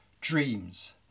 dreams